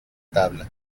tabla